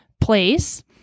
place